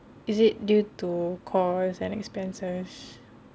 is it due to cost and expenses